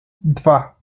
dwa